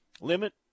limit